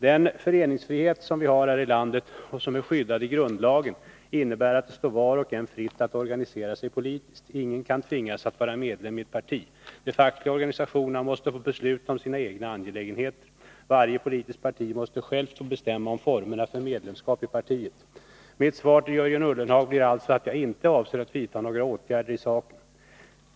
Den föreningsfrihet som vi har här i landet och som är skyddad i grundlagen innebär att det står var och en fritt att organisera sig politiskt. Ingen kan tvingas att vara medlem i ett parti. De fackliga organisationerna måste få besluta om sina egna angelägenheter. Varje politiskt parti måste självt få bestämma om formerna för medlemskap i partiet. Mitt svar till Jörgen Ullenhag blir alltså att jag inte avser att vidta några åtgärder i saken.